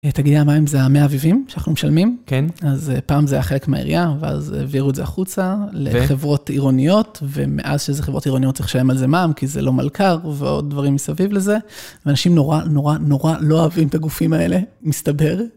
תגידי מה אם זה המי אביבים שאנחנו משלמים? כן. אז פעם זה היה חלק מהעירייה, ואז העבירו את זה החוצה לחברות עירוניות, ומאז שזה חברות עירוניות צריך לשלם על זה מע"מ, כי זה לא מלכר ועוד דברים מסביב לזה. אנשים נורא, נורא, נורא לא אוהבים את הגופים האלה, מסתבר.